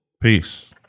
peace